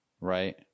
Right